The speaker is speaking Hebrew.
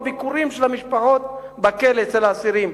הביקורים של המשפחות בכלא אצל האסירים.